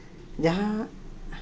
ᱡᱟᱦᱟᱸ